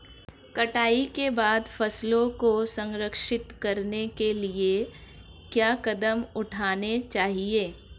कटाई के बाद फसलों को संरक्षित करने के लिए क्या कदम उठाने चाहिए?